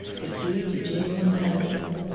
the key to genuine motives.